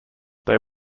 they